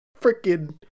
freaking